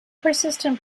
persistent